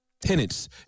Tenants